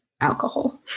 alcohol